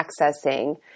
accessing